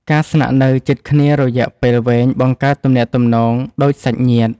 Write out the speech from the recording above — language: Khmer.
ការស្នាក់នៅជិតគ្នារយះពេលវែងបង្កើតទំនាក់ទំនងដូចសាច់ញាតិ។